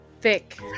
thick